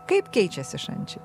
kaip keičiasi šančiai